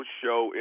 show